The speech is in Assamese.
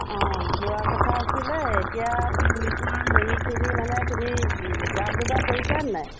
অঁ যোৱা কথা আছিলে এতিয়া পিকনিকৰ হেৰিখিনি মানে হেৰি যা যোগাৰ কৰিছানে নাই